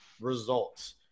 results